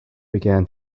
began